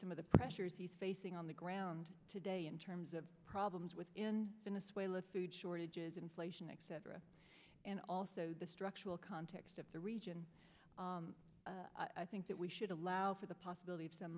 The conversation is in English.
some of the pressures he's facing on the ground today in terms of problems with in venezuela food shortages inflation excedrin and also the structural context of the region i think that we should allow for the possibility of some